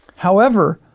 however,